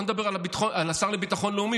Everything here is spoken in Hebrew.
ולא נדבר על השר לביטחון לאומי,